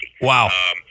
Wow